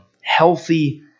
healthy